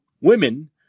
women